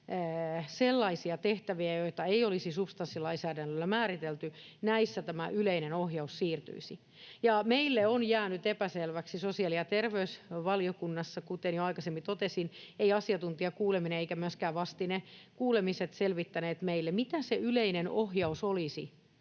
sellaisia tehtäviä, joita ei olisi substanssilainsäädännöllä määritelty, näissä tämä yleinen ohjaus siirtyisi. Meille on jäänyt epäselväksi sosiaali- ja terveysvaliokunnassa — kuten jo aikaisemmin totesin, ei asiantuntijakuuleminen eivätkä myöskään vastinekuulemiset selvittäneet meille sitä — mitä se yleinen ohjaus olisi,